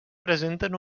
presenten